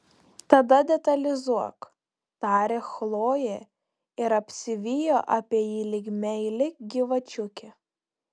tada detalizuok tarė chlojė ir apsivijo apie jį lyg meili gyvačiukė